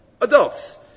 adults